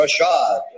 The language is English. Rashad